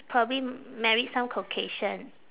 probably married some caucasian